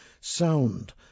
sound